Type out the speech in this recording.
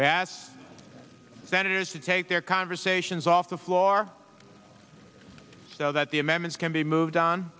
vendors to take their conversations off the floor so that the amendments can be moved on